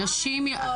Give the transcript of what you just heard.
אנשים --- השכר הנכון.